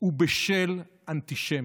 ובשל אנטישמיות,